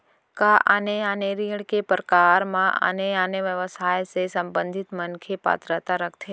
का आने आने ऋण के प्रकार म आने आने व्यवसाय से संबंधित मनखे पात्रता रखथे?